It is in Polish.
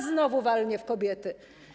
Znowu walnie w kobiety.